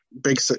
big